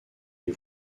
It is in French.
les